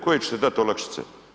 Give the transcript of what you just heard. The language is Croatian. Koje ćete dati olakšice?